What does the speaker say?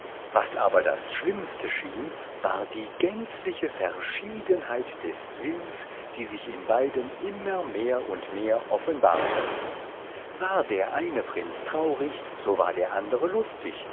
was aber das schlimmste schien war die gänzliche verschiedenheit des sinns die sich in beiden immer mehr und mehr offenbarte war der eine prinz traurig so war der andere lustig